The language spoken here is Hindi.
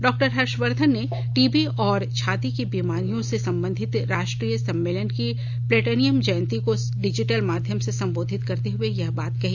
डॉ वर्धन ने टीबी और छाती की बीमारियों से संबंधित राष्ट्रीय सम्मेलन की प्लेटनियम जयंती को डिजिटल माध्यम से संबोधित करते हुए यह बात कही